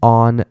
on